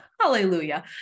Hallelujah